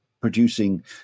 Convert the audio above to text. producing